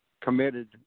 committed